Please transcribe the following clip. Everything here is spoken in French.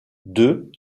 deux